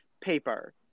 paper